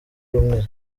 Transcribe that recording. rumwe